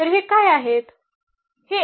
तर हे काय आहेत